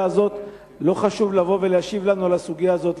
הזאת לא חשוב לבוא ולהשיב לנו על הסוגיה הזאת.